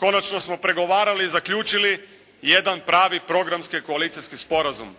konačno smo pregovarali i zaključili jedan pravi programski koalicijski sporazum.